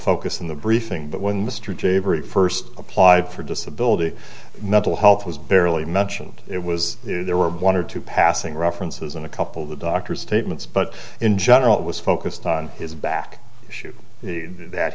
focus in the briefing but when mr j very first applied for disability mental health was barely mentioned it was there were one or two passing references and a couple of the doctor statements but in general it was focused on his back issues that